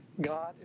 God